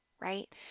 right